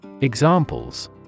Examples